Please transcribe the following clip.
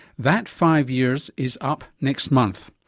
that five years is up next month.